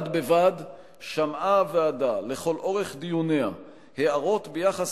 בד בבד שמעה הוועדה לכל אורך דיוניה הערות ביחס